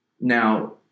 Now